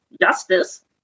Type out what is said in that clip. justice